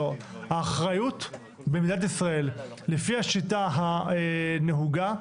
האחריות במדינת ישראל לפי השיטה הנהוגה,